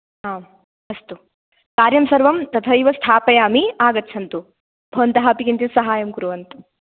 आम् अस्तु कार्यं सर्वं तथैव स्थापयामि आगच्छन्तु भवन्तः अपि किञ्चित् सहायं कुर्वन्तु